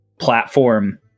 platform